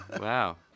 Wow